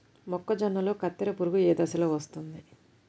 మొక్కజొన్నలో కత్తెర పురుగు ఏ దశలో వస్తుంది?